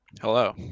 hello